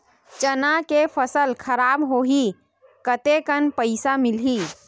चना के फसल खराब होही कतेकन पईसा मिलही?